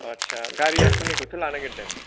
आटसा गारिया सोरनिखौथो लानो नागिरदों